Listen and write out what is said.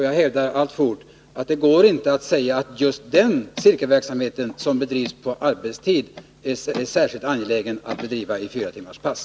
Jag hävdar alltfort att det inte går att säga att det är speciellt angeläget att just den cirkelverksamhet som bedrivs på arbetstid skall göra det i 4-timmarspass.